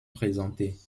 présentées